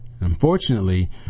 Unfortunately